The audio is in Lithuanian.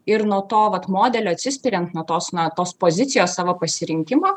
ir nuo to vat modelio atsispiriant nuo tos na tos pozicijos savo pasirinkimo